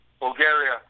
Bulgaria